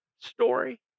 story